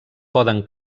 poden